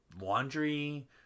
laundry